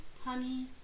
Honey